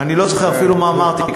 אני לא זוכר אפילו מה אמרתי,